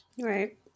Right